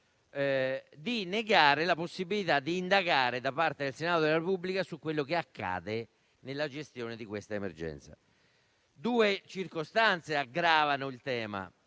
a negare la possibilità di indagare da parte del Senato della Repubblica su quello che accadde nella gestione di questa emergenza. Due circostanze aggravano il tema.